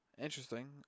Interesting